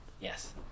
Yes